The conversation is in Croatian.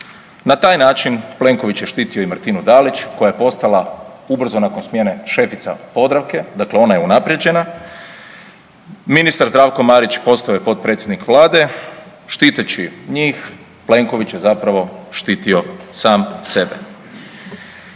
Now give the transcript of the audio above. Na taj način Plenković je štitio i Martinu Dalić koja je postala ubrzo nakon smjene šefica Podravke, dakle ona je unaprijeđena, ministar Zdravko Marić postao je potpredsjednik vlade, štiteći njih Plenković je zapravo štitio sam sebe.